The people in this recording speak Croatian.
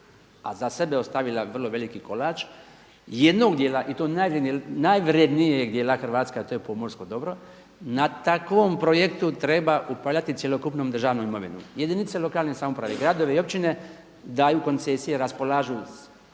a za sebe ostavila vrlo veliki kolač jednog djela i to najvrjednijeg djela Hrvatske a to je pomorsko dobro na takvom projektu treba upravljati cjelokupnom državnom imovinom. Jedinice lokalne samouprave, gradovi i općine daju koncesije, raspolažu